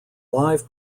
live